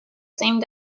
same